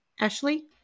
Ashley